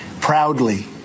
proudly